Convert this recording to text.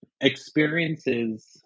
experiences